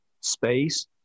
space